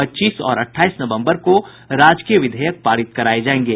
पच्चीस और अट्ठाईस नवम्बर को राजकीय विधेयक पारित कराये जायेंगे